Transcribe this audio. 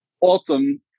Autumn